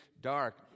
dark